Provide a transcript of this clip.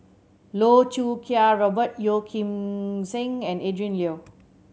Loh Choo Kiat Robert Yeoh Ghim Seng and Adrin Loi